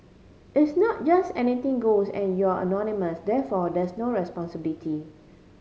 it's not just anything goes and you're anonymous therefore there's no responsibility